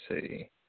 see